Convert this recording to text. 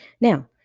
Now